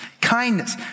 kindness